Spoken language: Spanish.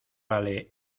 vale